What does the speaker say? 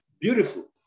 beautiful